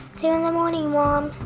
see you in the morning, mom.